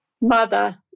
mother